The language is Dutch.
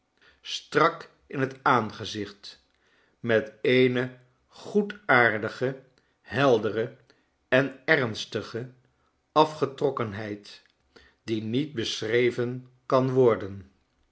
strak in het aangezicht met eene goedaardige heldere en ernstige afgetrokkenheid die niet beschreven kan worden